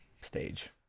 stage